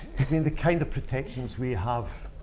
i mean the kind of protections we have